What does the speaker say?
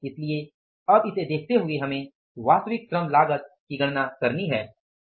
इसलिए अब इसे देखते हुए हमें वास्तविक श्रम लागत की गणना करनी है